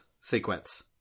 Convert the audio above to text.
sequence